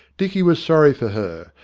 dicky was sorry for her,